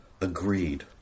agreed